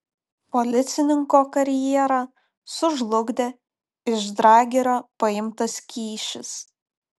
policininko karjerą sužlugdė iš dragerio paimtas kyšis